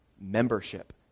membership